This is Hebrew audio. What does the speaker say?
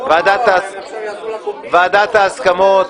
ועדת ההסכמות,